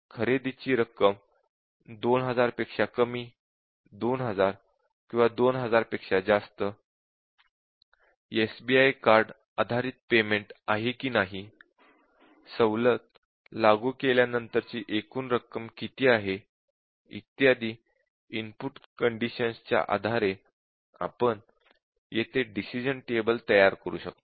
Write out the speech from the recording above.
खरेदीची रक्कम 2000 पेक्षा कमी 2000 किंवा 2000 पेक्षा जास्त SBI कार्ड आधारित पेमेंट आहे की नाही सवलत लागू केल्यानंतरची एकूण रक्कम किती आहे इत्यादी इनपुट कंडिशन्स च्या आधारे आपण येथे डिसिश़न टेबल तयार करू शकतो